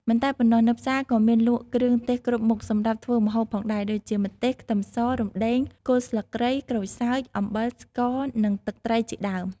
មិនតែប៉ុណ្ណោះ នៅផ្សារក៏មានលក់គ្រឿងទេសគ្រប់មុខសម្រាប់ធ្វើម្ហូបផងដែរ ដូចជា ម្ទេស ខ្ទឹមស រំដេង គល់ស្លឹកគ្រៃ ក្រូចសើច អំបិល ស្ករ និងទឹកត្រីជាដើម។